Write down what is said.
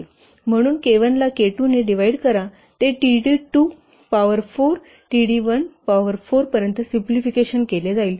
म्हणून k 1 ला k 2 ने डिव्हाइड करा ते t d 2 power 4 t d 1 ला पॉवर 4 पर्यंत सिम्पलीफिकेशन केले जाईल